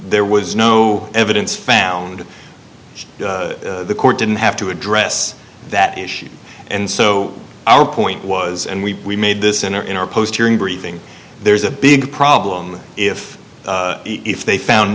there was no evidence found the court didn't have to address that issue and so our point was and we made this in our in our post hearing very thing there's a big problem if if they found